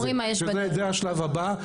זה השלב הבא,